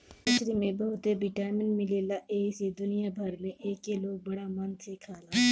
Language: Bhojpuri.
मछरी में बहुते विटामिन मिलेला एही से दुनिया भर में एके लोग बड़ा मन से खाला